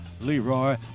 Leroy